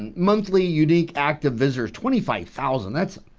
and monthly unique active visitors, twenty five thousand that's